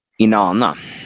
Inanna